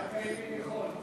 רק הימין יכול.